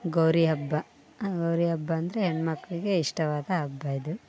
ಗೌರಿ ಹಬ್ಬ ಗೌರಿ ಹಬ್ಬ ಅಂದರೆ ಹೆಣ್ಮಕ್ಕಳಿಗೆ ಇಷ್ಟವಾದ ಹಬ್ಬ ಇದು